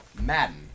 Madden